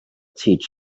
teach